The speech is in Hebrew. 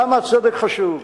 למה הצדק חשוב?